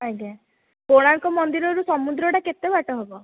ଆଜ୍ଞା କୋଣାର୍କ ମନ୍ଦିରରୁ ସମୁଦ୍ରଟା କେତେ ବାଟ ହେବ